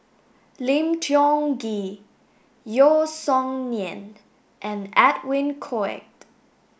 Lim Tiong Ghee Yeo Song Nian and Edwin Koek